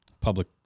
public